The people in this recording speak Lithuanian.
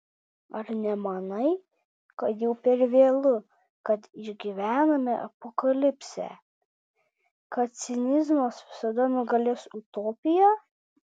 ar nemanai kad jau per vėlu kad išgyvename apokalipsę kad cinizmas visada nugalės utopiją